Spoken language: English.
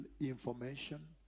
information